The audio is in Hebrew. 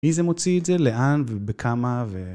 מי זה מוציא את זה? לאן? ובכמה? ו...